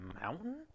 mountain